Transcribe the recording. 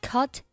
Cut